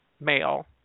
male